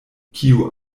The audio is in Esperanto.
kiu